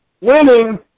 Winning